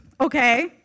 okay